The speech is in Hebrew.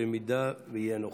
אם יהיה נוכח,